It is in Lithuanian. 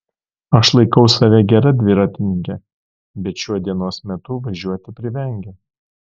aš laikau save gera dviratininke bet šiuo dienos metu važiuoti privengiu